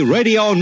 Radio